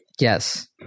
Yes